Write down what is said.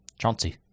Chauncey